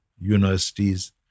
universities